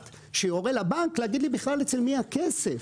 שיורה לבנק להגיד לי בכלל אצל מי הכסף.